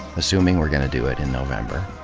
assuming we're gonna do it in november.